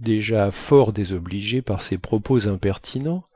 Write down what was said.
déjà fort désobligé par ces propos impertinents